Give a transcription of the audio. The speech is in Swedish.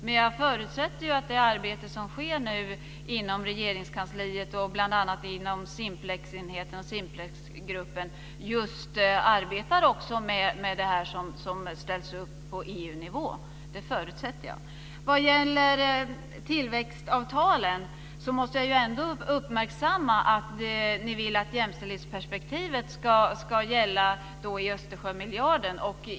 Men jag förutsätter att det arbete som sker nu inom Simplexgruppen, just handlar om det som ställs upp på EU-nivå. Det förutsätter jag. Vad gäller tillväxtavtalen måste jag ändå uppmärksamma att ni vill att jämställdhetsperspektivet ska gälla Östersjömiljarden.